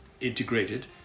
integrated